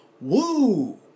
woo